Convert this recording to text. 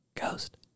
ghost